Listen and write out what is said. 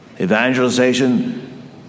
Evangelization